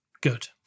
good